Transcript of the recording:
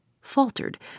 faltered